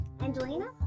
Angelina